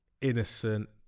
innocent